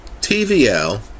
TVL